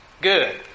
good